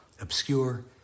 obscure